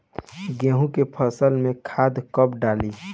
गेहूं के फसल में खाद कब डाली?